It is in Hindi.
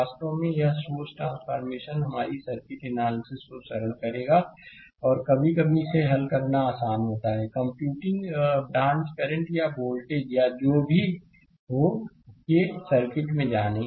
वास्तव में यह सोर्स ट्रांसफॉरमेशन हमारी सर्किट एनालिसिस को सरल करेगा और कभी कभी इसे हल करना आसान होता है कंप्यूटिंग ब्रांच करंट या वोल्टेजया जो भी हो के सर्किट में जानें